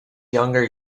younger